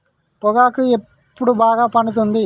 పొగాకు ఎప్పుడు బాగా పండుతుంది?